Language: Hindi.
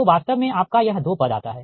तोवास्तव में आपका यह 2 पद आता हैं